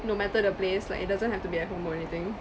no matter the place like it doesn't have to be at home or anything